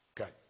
Okay